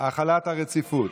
החלת הרציפות.